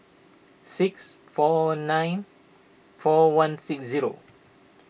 six four nine four one six zero